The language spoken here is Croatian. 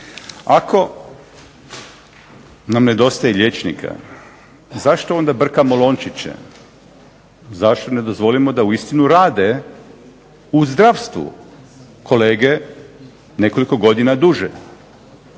Ako nam nedostaje liječnika zašto onda brkamo lončiće? Zašto ne dozvolimo da uistinu rade u zdravstvu kolege nekoliko godina duže?